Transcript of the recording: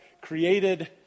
created